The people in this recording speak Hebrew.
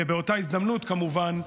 ובאותה ההזדמנות, כמובן,